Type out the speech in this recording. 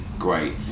Great